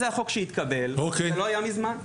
זה החוק שהתקבל וזה לא היה מזמן.